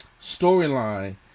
storyline